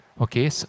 Okay